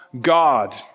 God